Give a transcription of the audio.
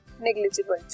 negligible